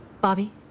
Bobby